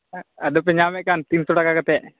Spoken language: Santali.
ᱟᱫᱚ ᱯᱮ ᱧᱟᱢᱮᱫ ᱠᱟᱱ ᱛᱤᱱᱥᱚ ᱴᱟᱠᱟ ᱠᱟᱛᱮᱫ